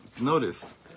Notice